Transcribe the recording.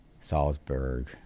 Salzburg